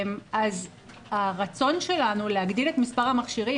אז הרצון שלנו להגדיל את מספר המכשירים,